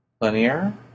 linear